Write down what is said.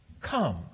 Come